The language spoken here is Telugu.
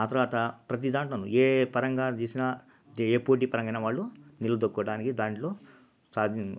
ఆ తర్వాత ప్రతి దాంట్లోనూ ఏ పరంగా చూసినా ఏ పోటీ పరంగానైనా వాళ్ళు నిలువుతోక్కోవడానికి దాంట్లో సాధిం